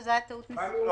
זו הייתה טעות ניסוחית.